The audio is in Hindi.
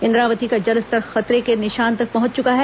इंद्रावती का जलस्तर खतरे के निशान तक पहुंच चुका है